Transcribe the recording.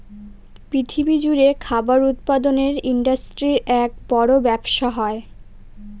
পৃথিবী জুড়ে খাবার উৎপাদনের ইন্ডাস্ট্রির এক বড় ব্যবসা হয়